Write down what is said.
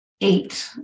eight